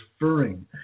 referring